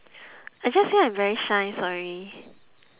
I just say I'm very shy sorry